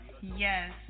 Yes